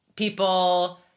People